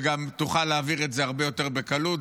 וגם תוכל להעביר את זה הרבה יותר בקלות.